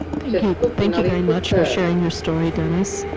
thank you thank you very much for sharing your story, dennis.